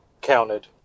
counted